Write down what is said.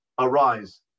arise